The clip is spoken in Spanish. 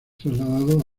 trasladado